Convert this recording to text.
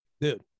Dude